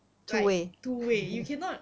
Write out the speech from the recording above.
like two way you cannot